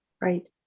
Right